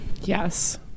Yes